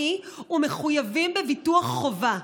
רוכבי רכב מנועי ומחויבים בביטוח חובה.